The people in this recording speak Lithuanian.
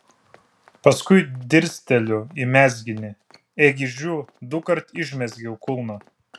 paskui dirsteliu į mezginį ėgi žiū dukart išmezgiau kulną